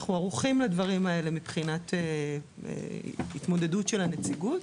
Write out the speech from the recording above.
אנחנו ערוכים לדברים האלו מבחינת התמודדות של הנציגות,